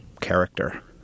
character